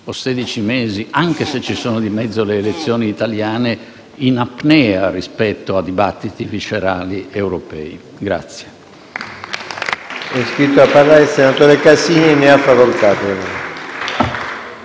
mesi, anche se ci sono di mezzo le elezioni italiane, in apnea rispetto a dibattiti viscerali europei.